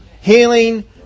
Healing